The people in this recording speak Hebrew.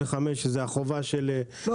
585 שזאת החובה של קציני הבטיחות --- לא,